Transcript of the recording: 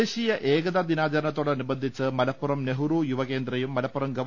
ദേശീയ ഏകതാ ദിനാചരണത്തോടനുബന്ധിച്ച് മലപ്പുറം നെഹ്റു യുവ കേന്ദ്രയും മലപ്പുറം ഗവ